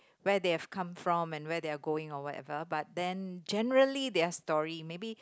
where they have come from and where they are going or whatever but then generally their story maybe